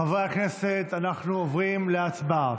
חברי הכנסת, אנחנו עוברים להצבעה.